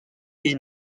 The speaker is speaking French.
est